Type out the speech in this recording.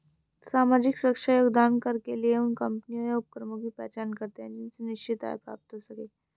सामाजिक सुरक्षा योगदान कर के लिए उन कम्पनियों या उपक्रमों की पहचान करते हैं जिनसे निश्चित आय प्राप्त हो सके